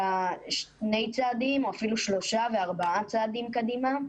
אלא שני צעדים או אפילו שלושה וארבעה צעדים קדימה.